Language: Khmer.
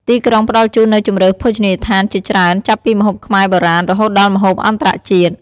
ទីក្រុងផ្ដល់ជូននូវជម្រើសភោជនីយដ្ឋានជាច្រើនចាប់ពីម្ហូបខ្មែរបុរាណ រហូតដល់ម្ហូបអន្តរជាតិ ។